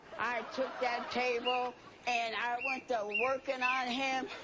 i took that table and i went to workin' on him.